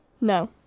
no